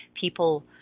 people